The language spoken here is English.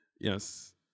Yes